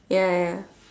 ya ya